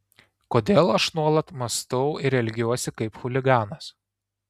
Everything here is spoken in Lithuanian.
kodėl aš nuolat mąstau ir elgiuosi kaip chuliganas